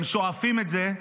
הם שואפים את זה,